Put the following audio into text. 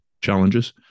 challenges